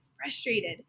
frustrated